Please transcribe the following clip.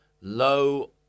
low